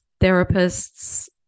therapists